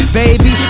baby